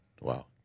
Wow